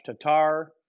Tatar